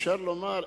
אפשר לומר,